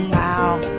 wow